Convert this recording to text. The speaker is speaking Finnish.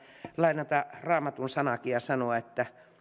lainata raamatun sanaakin ja sanoa